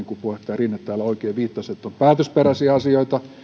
kuin puheenjohtaja rinne täällä oikein viittasi on päätösperäisiä asioita